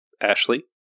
Ashley